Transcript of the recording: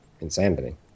insanity